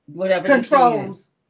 controls